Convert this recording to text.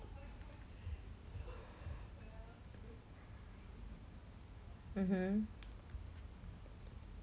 mmhmm